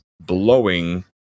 blowing